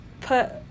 put